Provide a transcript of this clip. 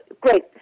Great